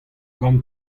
gant